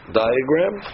diagram